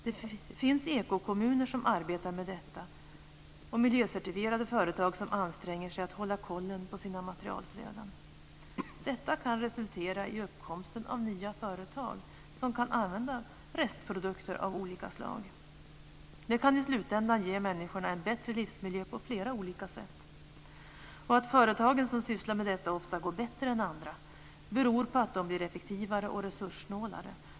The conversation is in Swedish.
Det finns ekokommuner som arbetar med detta och miljöcertifierade företag som anstränger sig för att hålla kontroll på sina materialflöden. Detta kan resultera i uppkomsten av nya företag, som kan använda restprodukter av olika slag. Det kan i slutändan ge människorna en bättre livsmiljö på flera olika sätt. Att de företag som sysslar med detta ofta går bättre än andra beror på att de blir effektivare och resurssnålare.